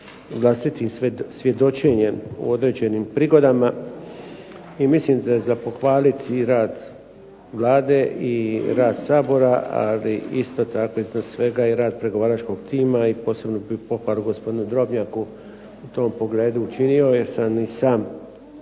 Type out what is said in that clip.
vlastitim svjedočenjem u određenim prigodama i mislim da je za pohvaliti rad Vlade i rad Sabora, ali isto tako iznad svega i rad pregovaračkog tima i posebno bih pohvalu gospodinu Drobnjaku u tom pogledu učinio jer sam i sam